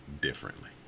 differently